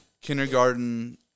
kindergarten